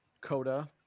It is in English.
Coda